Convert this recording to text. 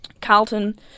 Carlton